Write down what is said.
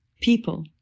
people